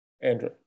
Andrew